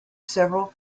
several